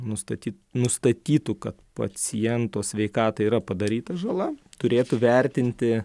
nustatyt nustatytų kad paciento sveikatai yra padaryta žala turėtų vertinti